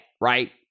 right